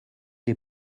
les